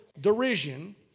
derision